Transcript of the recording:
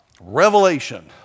revelation